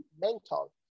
mental